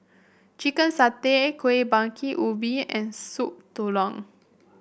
Chicken Satay Kuih Bingka Ubi and Soup Tulang